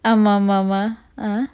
ஆமா ஆமா ஆமா:aama aama aama ah